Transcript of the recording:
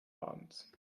abends